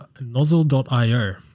nozzle.io